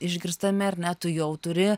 išgirstami ar ne tu jau turi